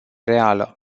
reală